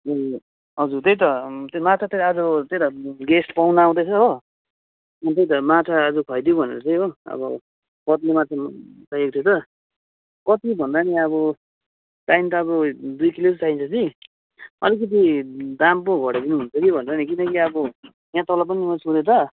ए हजुर त्यही त माछा चाहिँ आज त्यही त गेस्ट पाहुना आउँदैछ हो अनि त्यही त माछा आज खुवाइदिउँ भनेर चाहिँ हो अब कत्ले माछा चाहिएको थियो त कति भन्दा नि अब चाहिनु त अब दुई किलो जति चाहिन्छ कि अलिकति दाम पो घटाइदिनु हुन्छ कि भनेर नि किनकि अब यहाँ तल पनि मैले सोधेँ त